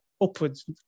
upwards